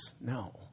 No